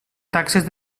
taxes